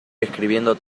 escribiendo